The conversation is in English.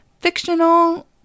Fictional